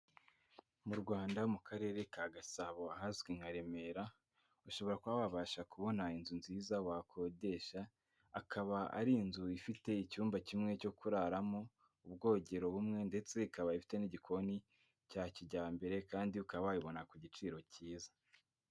Mu Rwanda mu karere ka Gasabo ahazwi nka Remera, ushobora kuba wabasha kubona inzu nziza wakodesha, akaba ari inzu ifite icyumba kimwe cyo kuraramo, ubwogero bumwe ndetse ikaba ifite n'igikoni cya kijyambere kandi ukaba wayibona ku giciro cyiza.